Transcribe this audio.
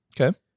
Okay